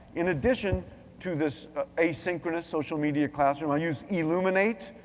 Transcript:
in addition to this asynchronous social media classroom, i use elluminate.